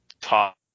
top